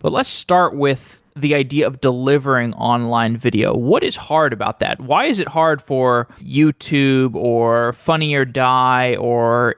but let's start with the idea of delivering online video. video. what is hard about that? why is it hard for youtube or funny or die, or